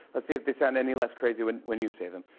let's see if they sound any less crazy when when you say them.